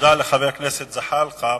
תודה לחבר הכנסת זחאלקה.